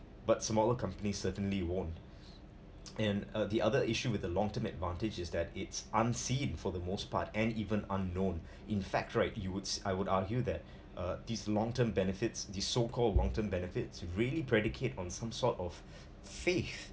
but smaller companies certainly won’t and uh the other issue with a long term advantage is that it's unseen for the most part and even unknown in fact right you would I would argue that uh these long term benefits the so called long term benefits really predicate on some sort of faith